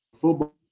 football